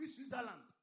Switzerland